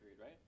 right